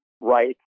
right